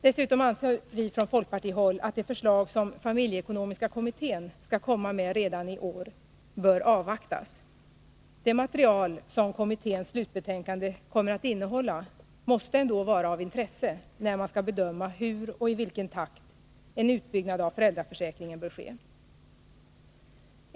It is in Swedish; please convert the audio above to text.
Dessutom anser vi från folkpartihåll att det förslag som familjeekonomiska kommittén skall lägga fram redan i år bör avvaktas. Det material som kommitténs slutbetänkande kommer att innehålla måste ändå vara av intresse, när man skall bedöma hur och i vilken takt en utbyggnad av föräldraförsäkringen bör ske.